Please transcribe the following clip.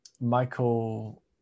michael